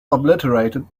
obliterated